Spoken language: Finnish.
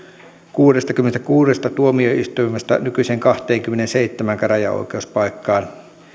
kuudestakymmenestäkuudesta tuomioistuimesta nykyiseen kahteenkymmeneenseitsemään käräjäoikeuspaikkaan